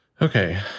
Okay